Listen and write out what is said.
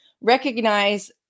recognize